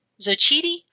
Zochiti